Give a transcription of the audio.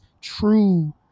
true